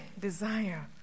desire